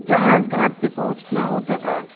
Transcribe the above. جہاز گھاٹ پہ پہنچنا ہوتا تھا